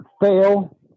fail